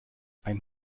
ein